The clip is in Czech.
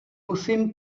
musím